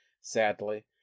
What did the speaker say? sadly